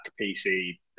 PC